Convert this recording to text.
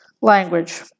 language